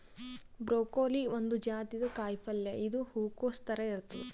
broccoli ಒಂದ್ ಜಾತಿದ್ ಕಾಯಿಪಲ್ಯ ಇದು ಹೂಕೊಸ್ ಥರ ಇರ್ತದ್